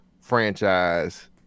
franchise